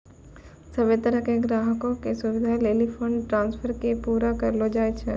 सभ्भे तरहो के ग्राहको के सुविधे लेली फंड ट्रांस्फर के पूरा करलो जाय छै